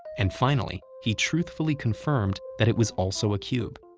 and finally, he truthfully confirmed that it was also a cube.